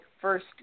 first